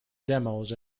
demos